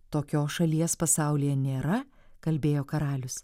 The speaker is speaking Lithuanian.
tokios šalies pasaulyje nėra kalbėjo karalius